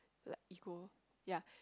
like ego ya